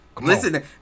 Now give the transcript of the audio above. Listen